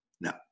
No